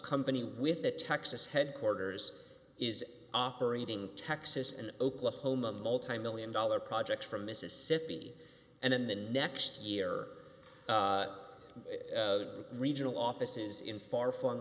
company with the texas headquarters is operating texas and oklahoma a multimillion dollar project from mississippi and in the next year the regional offices in far flung